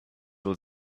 will